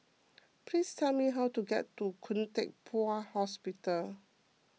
please tell me how to get to Khoo Teck Puat Hospital